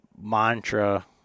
mantra